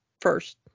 first